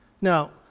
Now